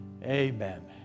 Amen